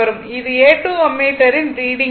இது A 2 அம்மீட்டரின் reading ஆகும்